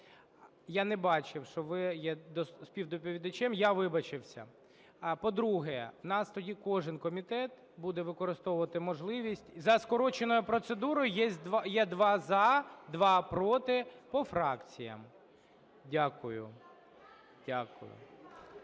Я не бачив, що ви є співдоповідачем. Я вибачився. По-друге, в нас тоді кожен комітет буде використовувати можливість. За скороченою процедурою є: два – за, два – проти, по фракціям. Дякую.